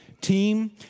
team